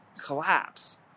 collapse